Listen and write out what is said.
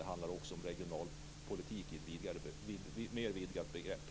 Det handlar också om regionalpolitik i ett mer vidgat perspektiv.